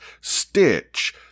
Stitch